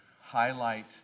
highlight